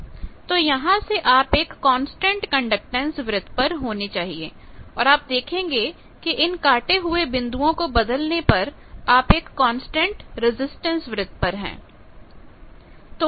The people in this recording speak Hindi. तो यहां से आप एक कांस्टेंट कंडक्टैंस वृत्त पर होने चाहिए और आप देखेंगे की इन कांटे हुए बिंदुओं को बदलने पर आप एक कांस्टेंट रजिस्टेंस वृत्त पर है